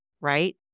right